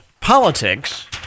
politics